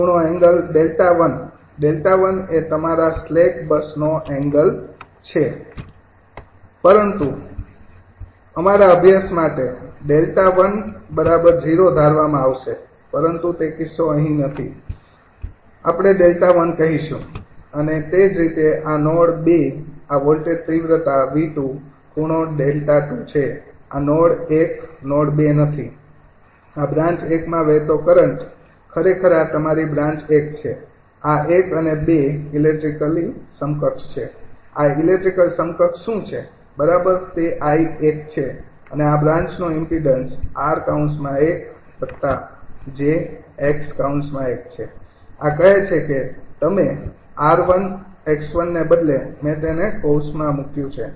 તેથી |𝑉૧|∠𝛿૧ 𝛿૧ એ તમારા સ્લેક બસનો એંગલ છે પરંતુ અમારા અભ્યાસ માટે 𝛿૧0 ધારવામાં આવશે પરંતુ તે કિસ્સો અહી નથી 𝛿૧ કહીશું અને તે જ રીતે આ નોડ 2 આ વોલ્ટેજ તીવ્રતા |𝑉૨|∠𝛿૨ છે આ નોડ ૧ નોડ 2 નથી આ બ્રાન્ચ ૧ માં વહેતો કરંટ ખરેખર આ તમારી બ્રાન્ચ ૧ છે આ ૧ અને ૨ ઇલેક્ટ્રિકલી સમકક્ષ છે આ ઇલેક્ટ્રિકલ સમકક્ષ શું છે બરાબર તે 𝐼૧ છે અને આ બ્રાન્ચનો ઇમ્પીડન્સ 𝑟૧𝑗𝑥૧ છે આ કહે છે કે તમે 𝑟૧ 𝑥૧ ને બદલે મેં તેને કૌંસમાં મૂક્યું છે